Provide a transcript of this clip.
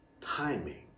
timing